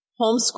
homeschool